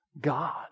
God